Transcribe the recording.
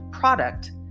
product